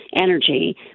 energy